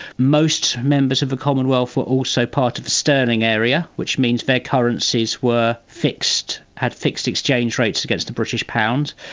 most members of the commonwealth were also part of sterling area, which means their currencies were fixed, had fixed exchange rates against the british pound.